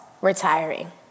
retiring